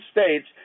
States